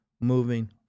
moving